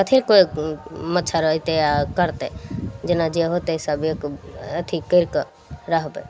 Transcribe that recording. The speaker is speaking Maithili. कथी पर मच्छड़ अयतै आ करतै जेना जे होतै सब एक अथी कैरि कऽ रहबै